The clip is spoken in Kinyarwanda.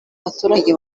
abaturage